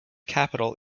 capital